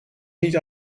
niet